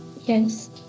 Yes